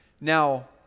Now